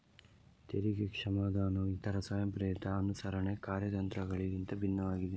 ತೆರಿಗೆ ಕ್ಷಮಾದಾನವು ಇತರ ಸ್ವಯಂಪ್ರೇರಿತ ಅನುಸರಣೆ ಕಾರ್ಯತಂತ್ರಗಳಿಗಿಂತ ಭಿನ್ನವಾಗಿದೆ